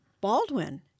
Baldwin